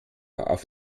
auf